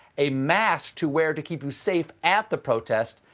a mask to wear to keep you safe at the protest,